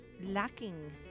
lacking